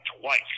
twice